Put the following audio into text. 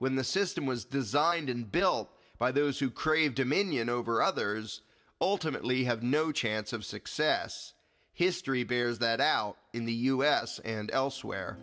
when the system was designed and built by those who crave dominion over others ultimately have no chance of success history bears that out in the us and elsewhere